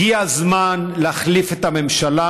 הגיע הזמן להחליף את הממשלה.